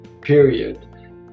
period